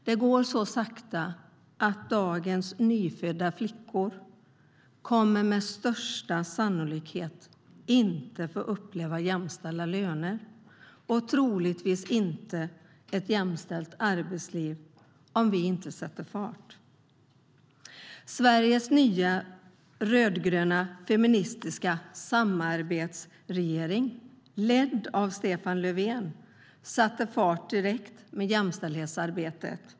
Det går så sakta att dagens nyfödda flickor med största sannolikhet inte kommer att få uppleva jämställda löner och troligtvis inte heller ett jämställt arbetsliv om vi inte sätter fart. Sveriges nya, rödgröna, feministiska samarbetsregering ledd av Stefan Löfven satte fart direkt med jämställdhetsarbetet.